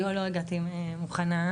לא הגעתי מוכנה.